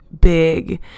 big